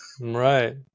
Right